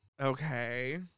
Okay